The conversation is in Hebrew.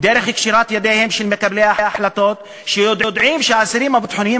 דרך קשירת ידיהם של מקבלי ההחלטות שיודעים שהאסירים הביטחוניים